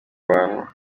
bantu